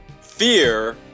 Fear